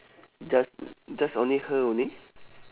just just only her only